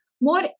more